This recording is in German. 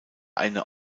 eine